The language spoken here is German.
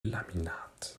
laminat